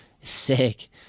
Sick